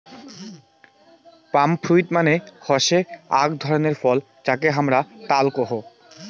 পাম fruit মানে হসে আক ধরণের ফল যাকে হামরা তাল কোহু